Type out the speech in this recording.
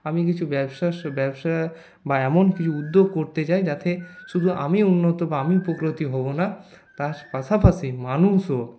আমি কিছু ব্যবসার ব্যবসা বা এমন কিছু উদ্যোগ করতে চাই যাতে শুধু আমি উন্নত বা আমি উপকৃত হব না তার পাশাপাশি মানুষও